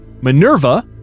Minerva